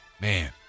Man